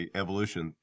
evolution